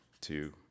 two